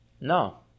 No